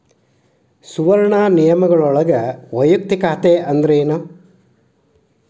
ಸುವರ್ಣ ನಿಯಮಗಳೊಳಗ ವಯಕ್ತಿಕ ಖಾತೆ ಅಂದ್ರೇನ